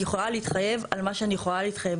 יכולה להתחייב על מה שאני יכולה להתחייב.